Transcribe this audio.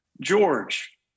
George